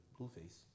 Blueface